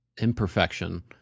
imperfection